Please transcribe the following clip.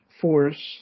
force